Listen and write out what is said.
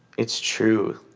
it's true.